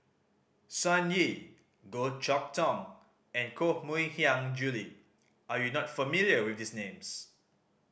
Sun Yee Goh Chok Tong and Koh Mui Hiang Julie are you not familiar with these names